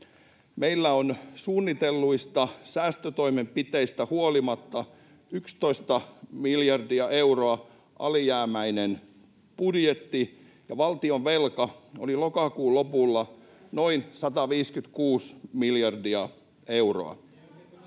Meillä on suunnitelluista säästötoimenpiteistä huolimatta 11 miljardia euroa alijäämäinen budjetti, ja valtionvelka oli lokakuun lopulla noin 156 miljardia euroa.